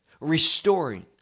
restoring